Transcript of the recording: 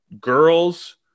girls